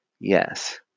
Yes